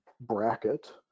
bracket